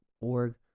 Org